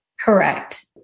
Correct